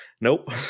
nope